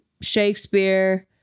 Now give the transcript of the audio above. Shakespeare